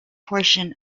portion